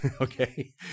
okay